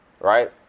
right